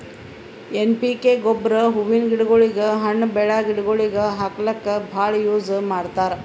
N P K ಗೊಬ್ಬರ್ ಹೂವಿನ್ ಗಿಡಗೋಳಿಗ್, ಹಣ್ಣ್ ಬೆಳ್ಯಾ ಗಿಡಗೋಳಿಗ್ ಹಾಕ್ಲಕ್ಕ್ ಭಾಳ್ ಯೂಸ್ ಮಾಡ್ತರ್